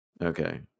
Okay